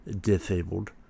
disabled